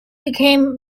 became